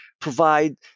provide